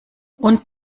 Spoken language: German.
und